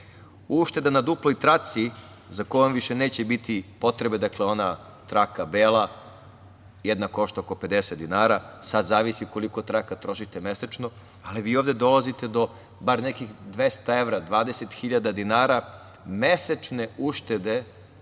na duploj traci za kojom više neće biti potrebe, dakle ona traka bela, jedna košta oko 50 dinara, sada zavisi koliko traka trošite mesečno, ali vi ovde dolazite do bar nekih 200 evra, 20.000 dinara mesečne uštede